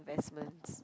investment